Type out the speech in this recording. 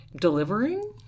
delivering